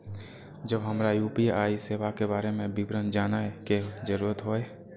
जब हमरा यू.पी.आई सेवा के बारे में विवरण जानय के जरुरत होय?